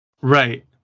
Right